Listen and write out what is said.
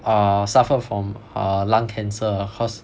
err suffered from err lung cancer cause